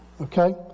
okay